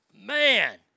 Man